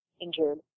injured